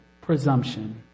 presumption